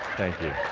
thank you.